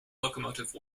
locomotive